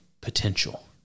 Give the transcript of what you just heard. potential